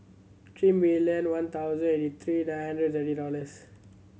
three million one thousand eighty three nine hundred thirty dollars